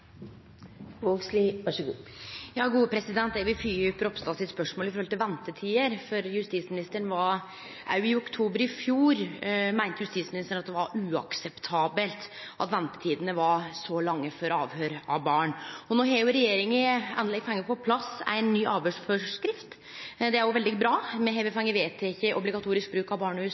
Eg vil fylgje opp Ropstad sitt spørsmål om ventetider, for også i oktober i fjor meinte justisministeren at det var uakseptabelt at ventetidene var så lange for avhøyr av barn. No har regjeringa endeleg fått på plass ei ny avhøyrsforskrift, det er veldig bra. Vi har fått vedteke obligatorisk bruk av barnehus